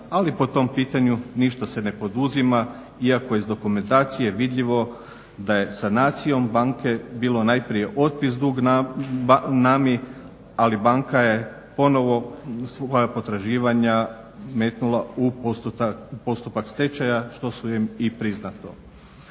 ali po tom pitanju ništa se ne poduzima iako je iz dokumentacije vidljivo da je sanacijom banke bilo najprije otpis duga Nama-i ali banka je ponovno svoja potraživanja metnula u postupak stečaja što im je i priznato.